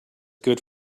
good